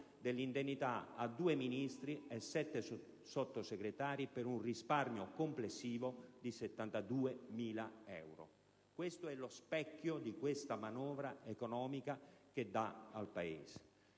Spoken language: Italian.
delle indennità di due Ministri e sette Sottosegretari per un risultato complessivo di 72.000 euro. Questo è lo specchio che la manovra economica presenta al Paese.